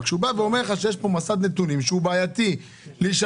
אבל כשהוא אומר לך שיש פה מסד נתונים שבעייתי שיישמר